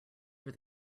were